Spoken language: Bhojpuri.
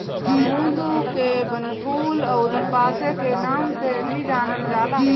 कुमुद के वनफूल अउरी पांसे के नाम से भी जानल जाला